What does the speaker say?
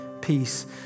peace